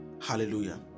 hallelujah